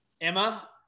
Emma